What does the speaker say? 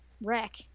wreck